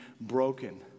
broken